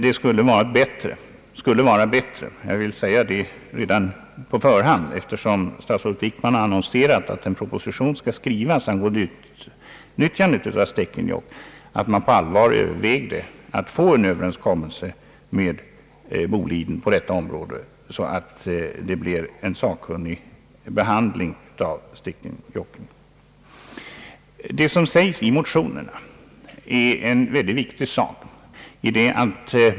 Det skulle vara bättre — jag vill säga detta redan på förhand eftersom statsrådet Wickman har annonserat att en proposition skall skrivas angående utnyttjandet av Stekenjokk — att på allvar överväga en Överenskommelse med Boliden på detta område, så att man får en sakkunnig behandling av Stekenjokk. Det som sägs i motionerna är utomordentligt viktigt.